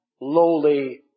lowly